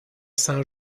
sent